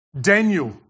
Daniel